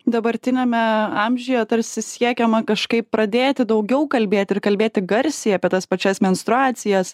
dabartiniame amžiuje tarsi siekiama kažkaip pradėti daugiau kalbėti ir kalbėti garsiai apie tas pačias menstruacijas